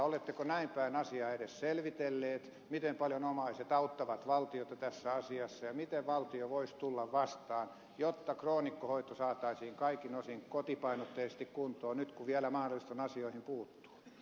oletteko näin päin asiaa edes selvitelleet miten paljon omaiset auttavat valtiota tässä asiassa ja miten valtio voisi tulla vastaan jotta kroonikkohoito saataisiin kaikin osin kotipainotteisesti kuntoon nyt kun vielä mahdollista on asioihin puuttua